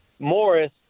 Morris